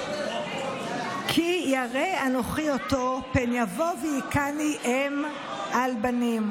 כי ירא אנֹכי אֹתו, פן יבוא והִכני אם על בנים".